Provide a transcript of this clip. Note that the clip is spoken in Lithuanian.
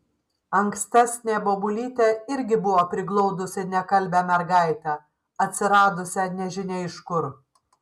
ankstesnė bobulytė irgi buvo priglaudusi nekalbią mergaitę atsiradusią nežinia iš kur